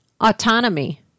Autonomy